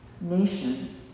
nation